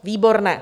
Výborné.